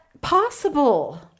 possible